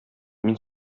мин